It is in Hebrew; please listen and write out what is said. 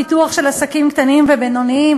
פיתוח של עסקים קטנים ובינוניים.